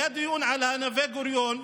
היה דיון על נווה גוריון,